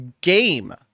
game